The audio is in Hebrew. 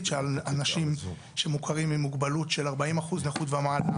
של אנשים שמוכרים עם מוגבלות של 40% נכות ומעלה,